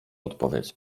odpowiedź